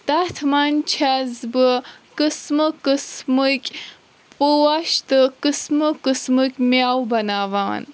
تتھ منٛز چھس بہٕ قٕسمہٕ قٕسمٕکۍ پوش تہٕ قٕسمہٕ قٕسمٕکۍ مٮ۪وٕ بناوان